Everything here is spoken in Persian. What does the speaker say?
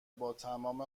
باتمام